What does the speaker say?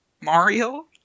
mario